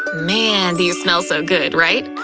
man, these smell so good, right?